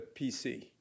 PC